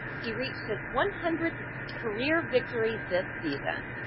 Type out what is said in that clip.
he reached his one hundredth career victory. this season